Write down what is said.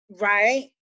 right